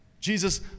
Jesus